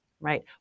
right